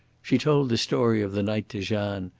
she told the story of the night to jeanne,